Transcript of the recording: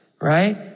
right